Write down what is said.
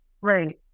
right